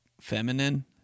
feminine